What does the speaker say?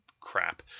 crap